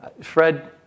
Fred